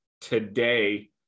today